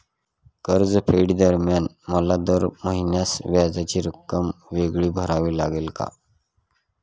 कर्जफेडीदरम्यान मला दर महिन्यास व्याजाची रक्कम वेगळी भरावी लागेल का?